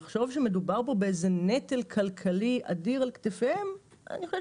לחשוב שמדובר פה באיזה נטל כלכלי אדיר על כתפיהם אני חושבת